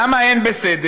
למה אין בסדר?